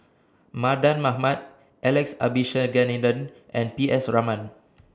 Mardan Mamat Alex Abisheganaden and P S Raman